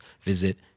visit